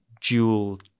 dual